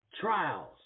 trials